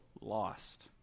lost